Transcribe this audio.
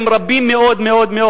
הן רבות מאוד מאוד.